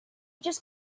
just